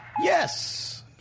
Yes